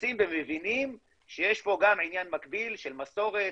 נכנסים ומבינים שיש פה גם עניין מקביל של מסורת